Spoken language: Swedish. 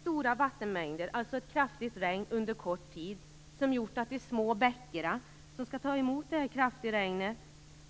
Stora vattenmängder - ett kraftigt regn under kort tid - har gjort att de små bäckar som skall ta emot detta kraftiga regn